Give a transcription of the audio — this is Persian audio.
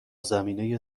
زمینه